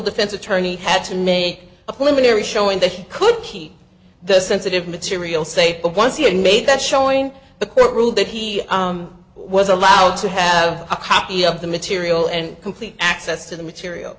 defense attorney had to name a clinton era showing that he could keep the sensitive material safe but once he had made that showing the court ruled that he was allowed to have a copy of the material and complete access to the material